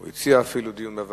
הוא אפילו הציע דיון בוועדה.